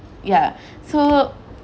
ya so